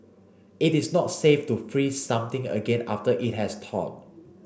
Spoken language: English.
it is not safe to freeze something again after it has thawed